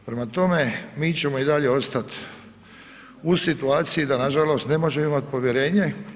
Prema tome, mi ćemo i dalje ostat u situaciji da nažalost ne možemo imat povjerenje.